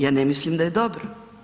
Ja ne mislim da je dobro.